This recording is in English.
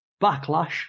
Backlash